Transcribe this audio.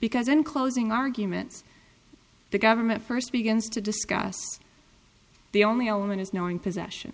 because in closing arguments the government first begins to discuss the only element is knowing possession